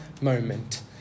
moment